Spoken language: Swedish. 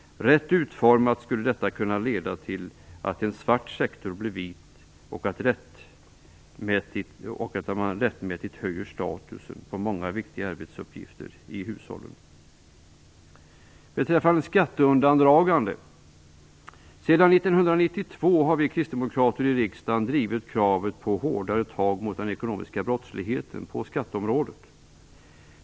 Rätt utformat skulle detta kunna leda till att en svart sektor blev vit och att man rättmätigt höjer statusen på många viktiga arbetsuppgifter i hushållen. Sedan vill jag ta upp detta med skatteundandragande. Sedan 1992 har vi kristdemokrater i riksdagen drivit kravet på hårdare tag mot den ekonomiska brottsligheten på skatteområdet.